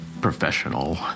professional